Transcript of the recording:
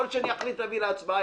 יכול להיות שאני אחליט להביא להצבעה,